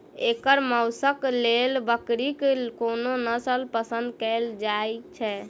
एकर मौशक लेल बकरीक कोन नसल पसंद कैल जाइ छै?